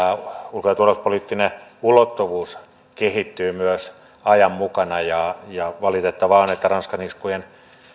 ulko ja turvallisuuspoliittinen ulottuvuus kehittyy myös ajan mukana ja ja valitettavaa on että ranskan iskujen